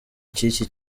cy’iki